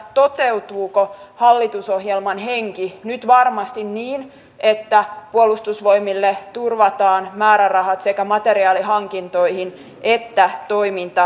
toteutuuko hallitusohjelman henki nyt varmasti niin että puolustusvoimille turvataan määrärahat sekä materiaalihankintoihin että toimintamenoihin